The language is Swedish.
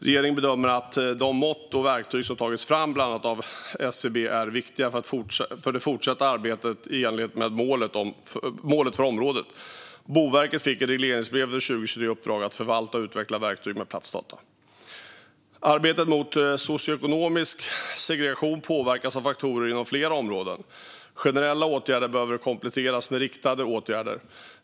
Regeringen bedömer att de mått och verktyg som tagits fram av bland annat SCB är viktiga för det fortsatta arbetet i enlighet med målet för området. Boverket fick i regleringsbrevet för 2023 i uppdrag att förvalta och utveckla verktyg med platsdata. Arbetet mot socioekonomisk segregation påverkas av faktorer inom flera områden. Generella åtgärder behöver kompletteras med riktade åtgärder.